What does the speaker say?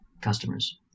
customers